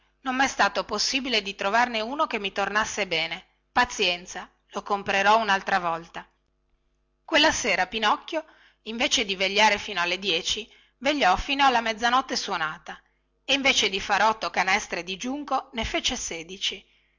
non mè stato possibile di trovarne uno che mi tornasse bene pazienza lo comprerò unaltra volta quella sera pinocchio invece di vegliare fino alle dieci vegliò fino alla mezzanotte suonata e invece di far otto canestre di giunco ne fece sedici